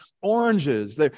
oranges